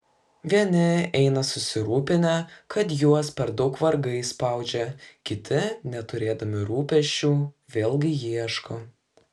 vieni eina susirūpinę kad juos per daug vargai spaudžia kiti neturėdami rūpesčių vėlgi ieško